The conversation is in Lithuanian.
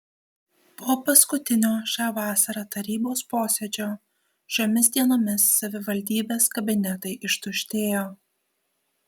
po paskutinio šią vasarą tarybos posėdžio šiomis dienomis savivaldybės kabinetai ištuštėjo